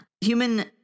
Human